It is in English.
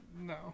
No